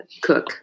cook